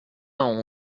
vingt